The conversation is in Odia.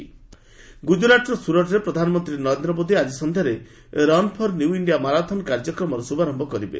ପିଏମ୍ ସୁରଟ୍ ଗୁଜ୍ରରାଟର ସ୍ୱରଟରେ ପ୍ରଧାନମନ୍ତ୍ରରେ ନରେନ୍ଦ୍ର ମୋଦି ଆଜି ସନ୍ଧ୍ୟାରେ run for new India marathon କାର୍ଯ୍ୟକ୍ରମର ଶୁଭାରମ୍ଭ କରିବେ